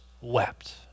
wept